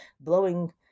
blowing